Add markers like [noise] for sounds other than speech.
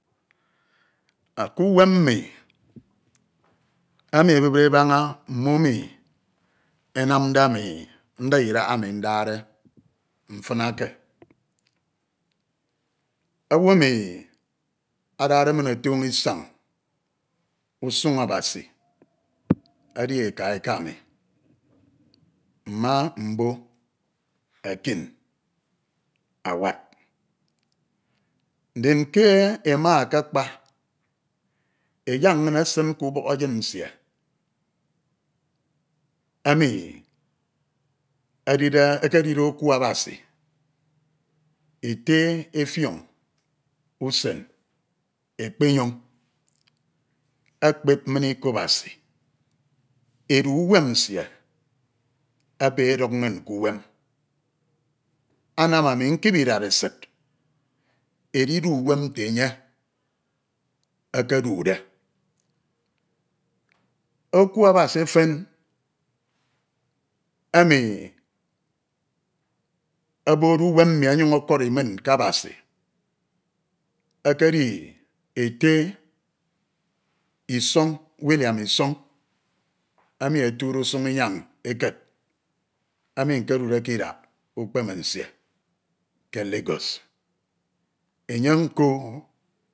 Kuwem mmi emi ebupde ebaña mmo enu enamde ami nda idaha emi ndade mfon eke owu emi adade min otoño wañ usun Abasi [noise] edi eka eka mi mma mbo Ekin Awatt. Ndin kr ema akakpa e yak inñ esin ke ubọk eyin nsie emi edide ekedide eku Abasi Ete Effiong usen Ekpenyong ekpep min iko Abasi. Edi unem nsie ebe oduk inñ ke uwam, unam amu nkip idaresi edidu uwam nte enye ekedude. Eku Abasi efan emj obokde uwam onyuñ ọkọri min ke Abasi ekedi ete isọñ William isọñ emi etide ke idak ukpemd nsie ke Lagos enye nko.